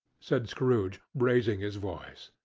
said scrooge, raising his voice.